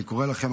אני קורא לכם,